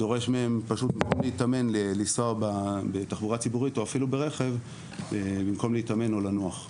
זה דורש מהם נסיעה ארוכה במקום אימון או מנוחה.